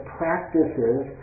practices